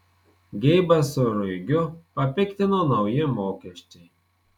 geibą su ruigiu papiktino nauji mokesčiai